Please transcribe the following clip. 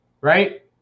right